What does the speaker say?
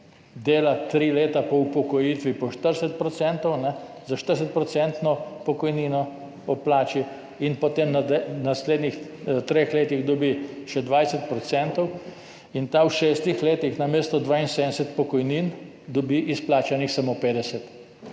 dela tri leta po upokojitvi za 40 % pokojnino ob plači in potem v naslednjih treh letih dobi še 20 % in ta v šestih letih namesto 72 pokojnin dobi izplačanih samo 50.